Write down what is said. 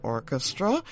Orchestra